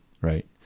Right